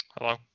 Hello